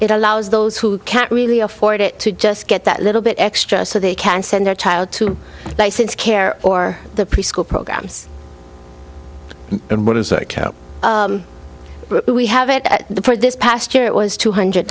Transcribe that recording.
it allows those who can't really afford it to just get that little bit extra so they can send their child to places care or the preschool programs we have it for this past year it was two hundred